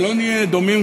ולא נהיה דומים,